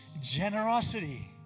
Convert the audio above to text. generosity